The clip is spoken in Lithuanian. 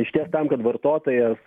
išties tam kad vartotojas